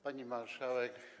Pani Marszałek!